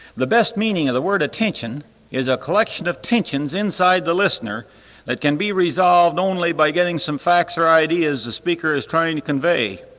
the best meaning of the word attention is a collection of tensions inside the listener that can be resolved only by getting some facts or ideas the speaker is trying to convey.